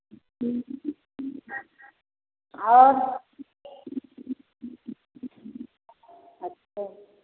और